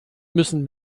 müssen